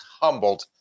humbled